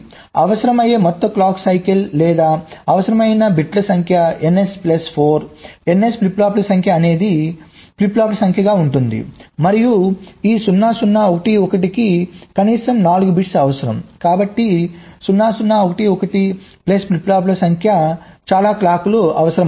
అవసరమైన మొత్తం clock cycle లేదా అవసరమైన బిట్ల సంఖ్య ns ప్లస్ 4 ns ఫ్లిప్ ఫ్లాప్ల సంఖ్య అనేది ఫ్లిప్ ఫ్లాప్ల సంఖ్య గా ఉంటుంది మరియు ఈ 0 0 1 1 కి కనీస 4 బిట్స్ అవసరం కాబట్టి 0 0 1 1 ప్లస్ ఫ్లిప్ ఫ్లాప్ల సంఖ్య చాలా క్లాక్ లు అవసరం అవుతాయి